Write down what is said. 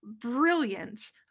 brilliant